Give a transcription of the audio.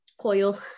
coil